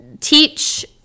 teach